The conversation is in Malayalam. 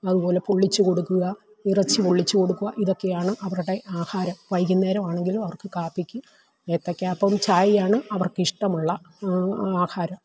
അതുപോലെ പൊള്ളിച്ചു കൊടുക്കുക ഇറച്ചി പൊള്ളിച്ചു കൊടുക്കുക ഇതൊക്കെയാണ് അവരുടെ ആഹാരം വൈകുന്നേരം ആണെങ്കിലും അവർക്ക് കാപ്പിക്ക് ഏത്തയ്ക്ക അപ്പം ചായയാണ് അവർക്കിഷ്ടമുള്ള ആഹാരം